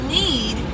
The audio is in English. need